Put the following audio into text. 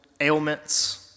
ailments